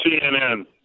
cnn